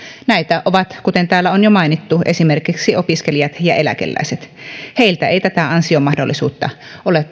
näitä ovat kuten täällä on jo mainittu esimerkiksi opiskelijat ja eläkeläiset heiltä ei tätä ansiomahdollisuutta todella ole